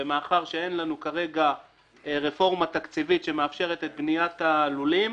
ומאחר שאין לנו כרגע רפורמה תקציבית שמאפשרת את בניית הלולים,